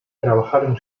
trabajaron